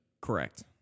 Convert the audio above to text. Correct